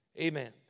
Amen